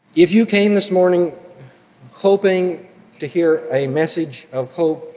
if you came this morning hoping to hear a message of hope,